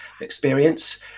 experience